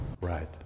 Right